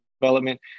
development